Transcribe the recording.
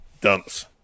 dumps